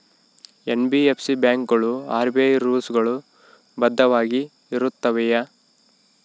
NBFC ಬ್ಯಾಂಕುಗಳು RBI rules ಗಳು ಬದ್ಧವಾಗಿ ಇರುತ್ತವೆಯ?